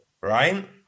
Right